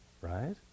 right